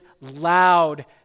loud